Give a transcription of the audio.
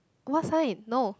what sign no